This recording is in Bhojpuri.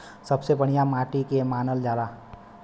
सबसे बढ़िया माटी के के मानल जा?